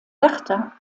bertha